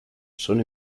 son